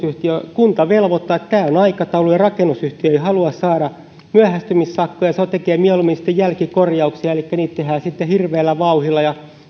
kunta velvoittaa että tämä on aikataulu ja rakennusyhtiö ei halua saada myöhästymissakkoja se tekee mieluummin sitten jälkikorjauksia elikkä niitä tehdään sitten hirveällä vauhdilla ja